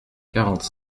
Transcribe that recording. quarante